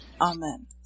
Amen